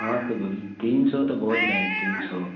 ہاں تو بولیے تین سو تو بول رہے ہیں تین سو